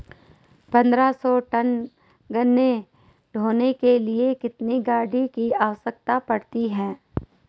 पन्द्रह सौ टन गन्ना ढोने के लिए कितनी गाड़ी की आवश्यकता पड़ती है?